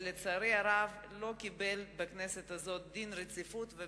ולצערי הרב לא קיבל דין רציפות בכנסת הזאת.